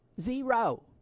zero